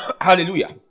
Hallelujah